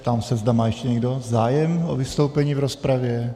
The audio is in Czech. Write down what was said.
Ptám se, zda má ještě někdo zájem o vystoupení v rozpravě.